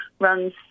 runs